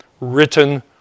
written